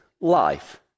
life